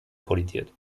kollidiert